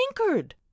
anchored